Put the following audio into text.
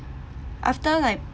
after like